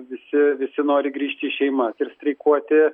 visi visi nori grįžti į šeimas ir streikuoti